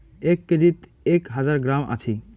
এক কেজিত এক হাজার গ্রাম আছি